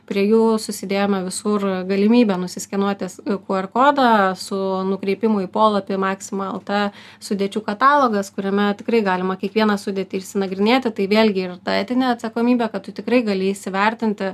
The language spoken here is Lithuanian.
prie jų susidėjome visur galimybę nuskenuotis kuer kodą su nukreipimu į polą apie maksimą lt sudėčių katalogas kuriame tikrai galima kiekvieną sudėtį išsinagrinėti tai vėlgi yra ta etinė atsakomybė kad tu tikrai gali įsivertinti